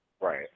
Right